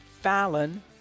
Fallon